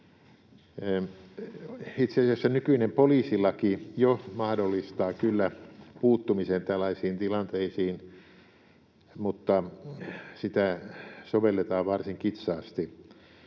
nykyinen poliisilaki jo mahdollistaa kyllä puuttumisen tällaisiin tilanteisiin, mutta sitä sovelletaan varsin kitsaasti.